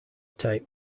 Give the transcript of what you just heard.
tape